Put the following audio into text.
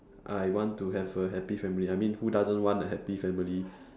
I want to have a happy family I mean who doesn't want a happy family